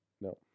No